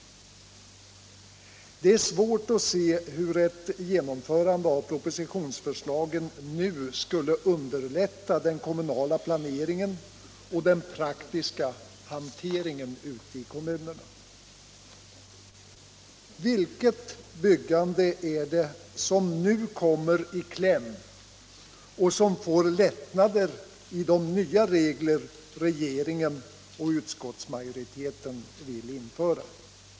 Det är svårt att se hur ett genomförande av propositionsförslagen nu skulle underlätta den kommunala planeringen och den praktiska hanteringen ute i kommunerna. Vilket byggande är det som nu kommer i kläm och som får lättnader i de nya regler regeringen och utskottsmajoriteten vill införa?